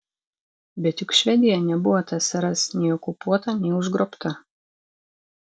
bet juk švedija nebuvo tsrs nei okupuota nei užgrobta